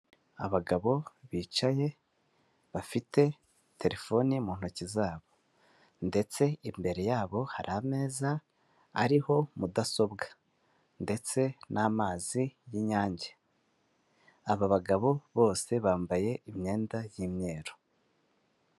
Abagabo bicaye bafite telefone mu ntoki zabo, ndetse imbere yabo hari ameza ariho mudasobwa, ndetse n'amazi y'inyange. Aba bagabo bose bambaye imyenda y'imyeru.